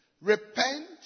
Repent